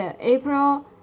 April